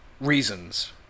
reasons